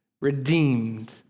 redeemed